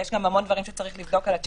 יש גם המון דברים שצריך לבדוק על השיק